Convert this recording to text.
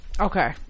Okay